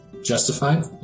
Justified